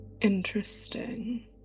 Interesting